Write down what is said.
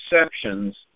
exceptions